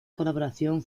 colaboración